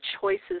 choices